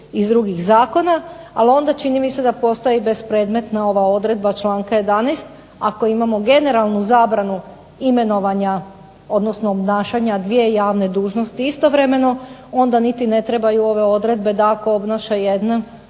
iz drugih zakona. Ali onda čini mi se da postaje i bespredmetna ova odredba članka 11. ako imamo generalnu zabranu imenovanja, odnosno obnašanja 2 javne dužnosti istovremeno onda niti ne trebaju ove odredbe da ako obnaša jedna